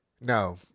No